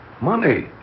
Money